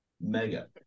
mega